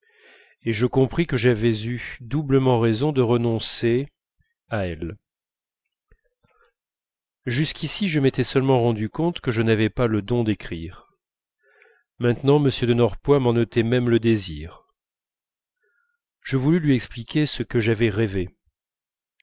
et je compris que j'avais eu doublement raison de renoncer à elle jusqu'ici je m'étais seulement rendu compte que je n'avais pas le don d'écrire maintenant m de norpois m'en ôtait même le désir je voulus lui exprimer ce que j'avais rêvé